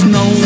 no